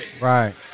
Right